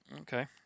Okay